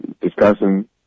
discussing